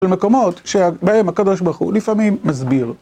במקומות שבהם הקדוש ברוך הוא לפעמים מסביר